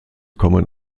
kommen